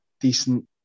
decent